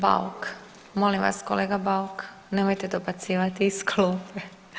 Bauk, molim vas kolega Bauk nemojte dobacivati iz klupe.